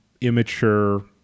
immature